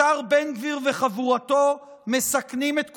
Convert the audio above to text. השר בן גביר וחבורתו מסכנים את כולנו.